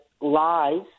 Lies